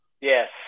Yes